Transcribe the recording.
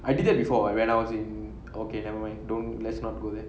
I did that before when I was in okay nevermind let's not go there